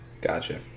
Gotcha